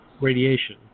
radiation